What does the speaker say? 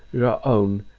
your own,